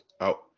out